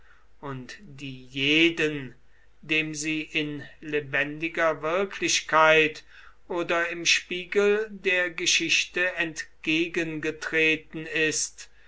und die jeden dem sie in lebendiger wirklichkeit oder im spiegel der geschichte entgegengetreten ist